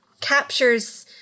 captures